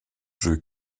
drew